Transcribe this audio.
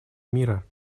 мира